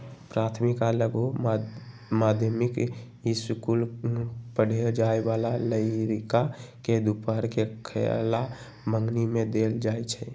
प्राथमिक आ लघु माध्यमिक ईसकुल पढ़े जाय बला लइरका के दूपहर के खयला मंग्नी में देल जाइ छै